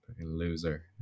loser